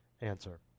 answer